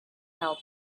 help